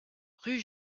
rue